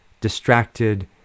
distracted